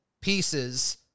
pieces